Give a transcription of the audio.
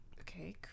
okay